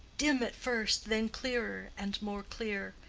dim at first, then clearer and more clear,